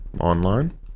online